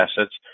assets